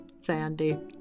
sandy